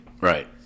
Right